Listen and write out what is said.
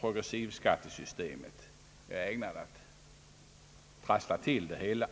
progressivskattesystemet är ägnat att trassla till det hela.